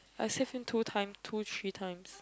I save him two times two three times